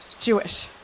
Jewish